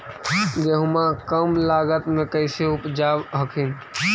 गेहुमा कम लागत मे कैसे उपजाब हखिन?